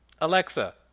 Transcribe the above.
Alexa